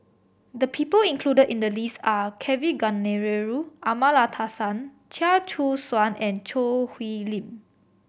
the people included in the list are Kavignareru Amallathasan Chia Choo Suan and Choo Hwee Lim